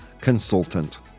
consultant